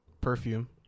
perfume